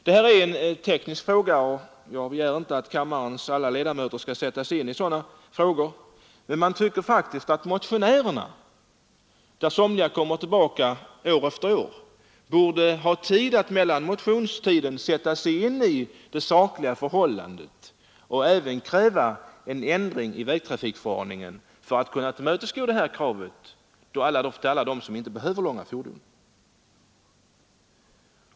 Det här är en teknisk fråga, och jag begär inte att kammarens alla ledamöter skall sätta sig in i sådana problem, men jag tycker faktiskt att motionärerna — av vilka somliga kommer tillbaka år efter år — borde ha tid, mellan motionstillfällena, att sätta sig in i det sakliga förhållandet. De borde även kräva en ändring i vägtrafikförordningen för att kunna tillmötesgå kraven från alla dem som inte behöver långa fordon.